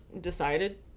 decided